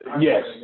Yes